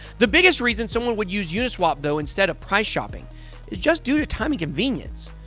the biggest reason someone would use uniswap though instead of price shopping is just due to time and convenience.